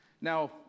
Now